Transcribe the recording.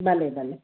भले भले